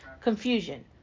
confusion